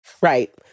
Right